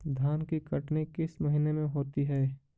धान की कटनी किस महीने में होती है?